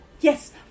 Yes